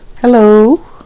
Hello